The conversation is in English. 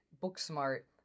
book-smart